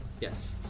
Yes